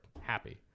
happy